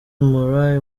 murray